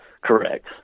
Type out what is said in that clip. Correct